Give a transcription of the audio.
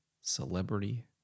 celebrity